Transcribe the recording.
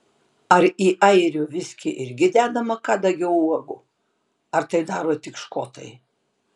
ar į airių viskį irgi dedama kadagio uogų ar tai daro tik škotai